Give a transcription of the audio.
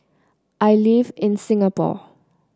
I live in Singapore